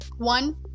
One